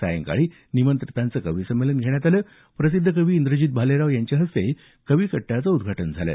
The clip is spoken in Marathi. सायंकाळी निमंत्रितांचं कवीसंमेलन घेण्यात आलं प्रसिद्ध कवी इंद्रजीत भालेराव यांच्याहस्ते कविकट्ट्याचं उद्घाटन झालं